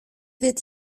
wird